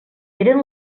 eren